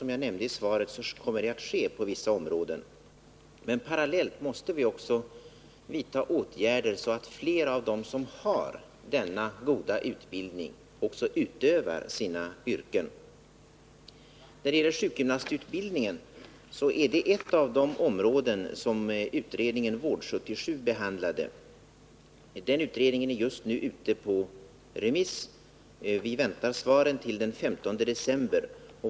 Som jag nämnde i svaret kommer detta också att ske på vissa områden. Men parallellt måste vi också vidta åtgärder, så att fler av dem som har denna goda utbildning även utövar yrket. Vad beträffar sjukgymnastutbildningen är detta ett av de områden som utredningen Vård 77 behandlade. Den utredningen är just nu ute på remiss. Vi väntar svaren till den 15 december.